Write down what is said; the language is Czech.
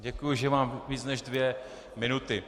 Děkuji, že mám víc než dvě minuty.